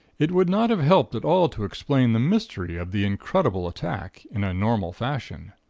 it would not have helped at all to explain the mystery of the incredible attack, in a normal fashion.